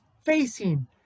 facing